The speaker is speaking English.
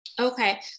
okay